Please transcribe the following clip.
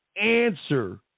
answer